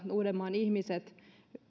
uudenmaan ihmiset melkein